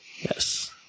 yes